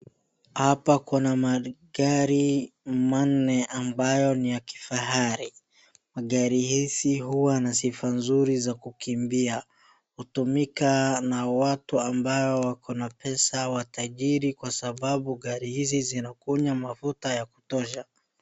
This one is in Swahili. Hapa kuna magari manne ambayo ni ya kifahari. Magari hizi huwa na sifa nzuri za kukimbia. Hutumika na watu ambao wakona pesa watajiri kwa sababu gari hizi zinakunywa mafuta ya kutosha.